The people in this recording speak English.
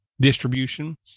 distribution